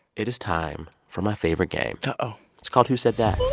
it is time for my favorite game uh-oh it's called who said that